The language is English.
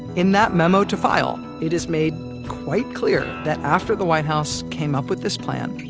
in that memo to file, it is made quite clear that after the white house came up with this plan,